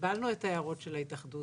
קיבלנו את ההערות של ההתאחדות.